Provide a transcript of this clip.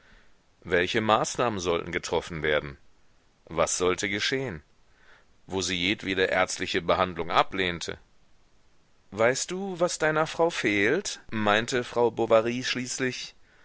welche maßnahmen sollten getroffen werden was sollte geschehen wo sie jedwede ärztliche behandlung ablehnte weißt du was deiner frau fehlt meinte frau bovary schließlich